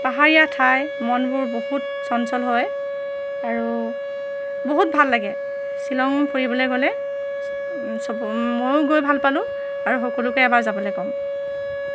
পাহাৰীয়া ঠাই মনবোৰ বহুত চঞ্চল হয় আৰু বহুত ভাল লাগে শ্বিলং ফুৰিবলৈ গ'লে ময়ো গৈ ভাল পালোঁ আৰু সকলোকে এবাৰ যাবলৈ ক'ম